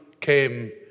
came